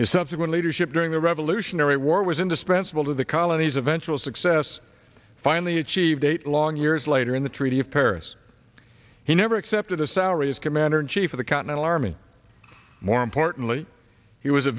his subsequent leadership during the revolutionary war was indispensable to the colonies eventual success finally achieved eight long years later in the treaty of paris he never accepted a salary as commander in chief of the continental army more importantly he was a